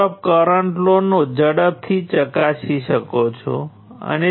મેં કહ્યું તેમ નોડ 1 અને નોડ 3 નાં સમીકરણો પહેલા જેવા જ છે